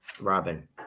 Robin